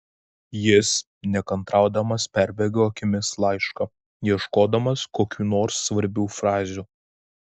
jis nekantraudamas perbėgo akimis laišką ieškodamas kokių nors svarbių frazių